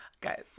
Guys